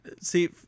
see